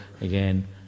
again